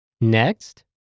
Next